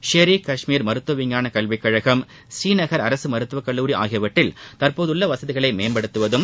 ஷெரி காஷ்மீர் மருத்துவ விஞ்ஞான கல்விக்கழகம் ஸ்ரீநகர் அரசு மருத்துவக்கல்லூரி ஆகியவற்றில் தற்போதுள்ள வசதிகளை மேம்படுத்துவதும்